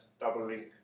double-link